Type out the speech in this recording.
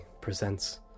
presents